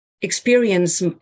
experience